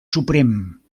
suprem